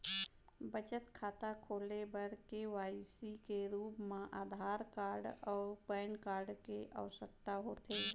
बचत खाता खोले बर के.वाइ.सी के रूप मा आधार कार्ड अऊ पैन कार्ड के आवसकता होथे